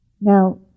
Now